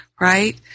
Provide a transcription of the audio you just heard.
Right